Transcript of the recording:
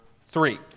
three